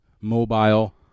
mobile